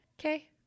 Okay